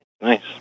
Nice